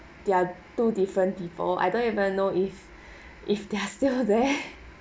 they're two different people I don't even know if if they're still there